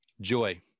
Joy